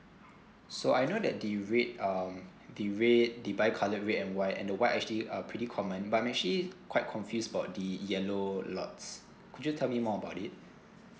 so I know that the red um the red the bi colour red and white and the white actually are pretty common but I'm actually quite confused about the yellow lots could you tell me more about it